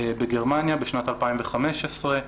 בגרמניה, בשנת 2015,